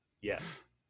Yes